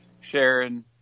Sharon